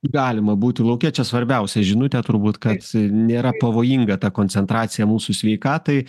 galima būti lauke čia svarbiausia žinutė turbūt kad nėra pavojinga ta koncentracija mūsų sveikatai